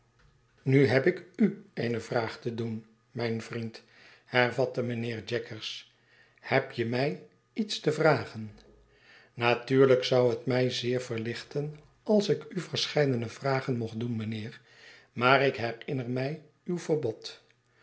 nu heb ik u eene vraag te doen mijn vriend hervatte mijnheer jaggers heb je mij iets te vragen natuurlijk zou het my zeer verlichten als ik u verscheidene vragen mocht doen mijnheer maar ik herinner mij uw verbod